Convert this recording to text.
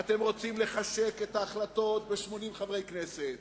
אתם רוצים לחשק את ההחלטות ב-80 חברי כנסת.